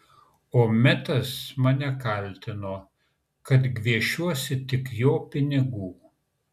o metas mane kaltino kad gviešiuosi tik jo pinigų